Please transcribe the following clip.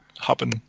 happen